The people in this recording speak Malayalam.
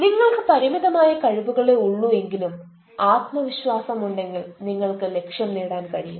നിങ്ങൾക്ക് പരിമിതമായ കഴിവുകളെ ഒള്ളു എങ്കിലും ആത്മവിശ്വാസമുണ്ടെങ്കിൽ നിങ്ങൾക്ക് ലക്ഷ്യം നേടാൻ കഴിയും